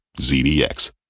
ZDX